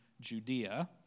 Judea